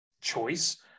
choice